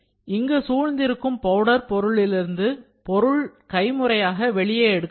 இங்கு சூழ்ந்திருக்கும் பவுடர் பொருளிலிருந்து பொருள் கைமுறையாக வெளியே எடுக்கப்படும்